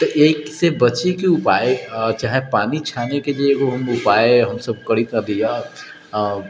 तऽ एहिसँ बचैके उपाइ चाहे पानि छानैके जे एगो हम उपाइ हमसब करैत रहलिए